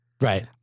Right